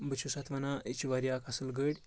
بہٕ چھُس اَتھ وَنان یہِ چھِ واریاہ اَکھ اَصٕل گٔر